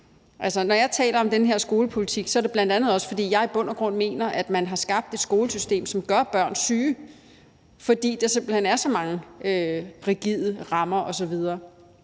når jeg taler om den her skolepolitik, er det bl.a. også, fordi jeg i bund og grund mener, at man har skabt et skolesystem, som gør børn syge, fordi der simpelt hen er så mange rigide rammer osv.